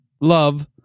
Love